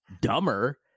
dumber